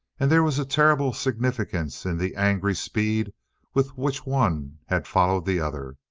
and there was a terrible significance in the angry speed with which one had followed the other,